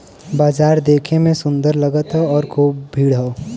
बाजार देखे में सुंदर लगत हौ आउर खूब भीड़ हौ